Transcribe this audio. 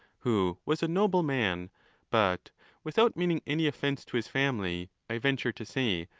who was a nobleman but without meaning any offence to his family, i venture to say,